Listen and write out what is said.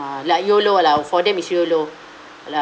like YOLO lah for them is YOLO like